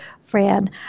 Fran